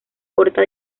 corta